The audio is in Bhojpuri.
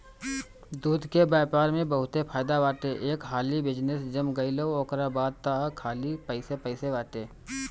दूध के व्यापार में बहुते फायदा बाटे एक हाली बिजनेस जम गईल ओकरा बाद तअ खाली पइसे पइसे बाटे